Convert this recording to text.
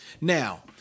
Now